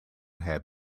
had